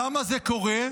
למה זה קורה?